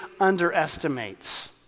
underestimates